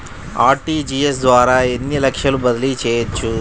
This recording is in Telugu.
అర్.టీ.జీ.ఎస్ ద్వారా ఎన్ని లక్షలు బదిలీ చేయవచ్చు?